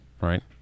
right